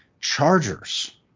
Chargers